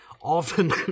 Often